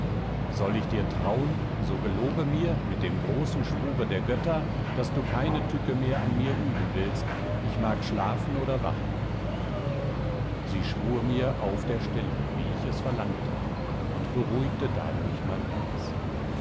soll ich dir trauen so gelobe mir mit dem großen schwure der götter daß du keine tücke mehr an mir üben willst ich mag schlafen oder wachen sie schwur mir auf der stelle wie ich es verlangte und beruhigte dadurch mein herz